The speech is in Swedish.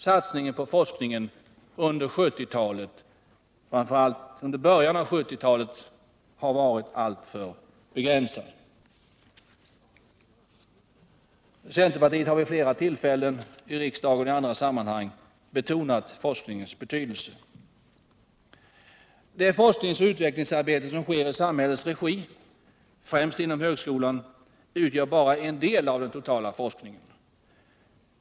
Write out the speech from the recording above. Satsningen på forskning framför allt i början av 1970-talet var alltför begränsad, vilket märks nu. Centerpartiet har vid ett flertal tillfällen i riksdagen och i andra sammanhang betonat forskningens betydelse. Det forskningsoch utvecklingsarbete som sker i samhällets regi, främst inom högskolan, utgör bara en del av den totala forskningen.